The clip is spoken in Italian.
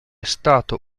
stato